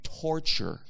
torture